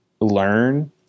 learn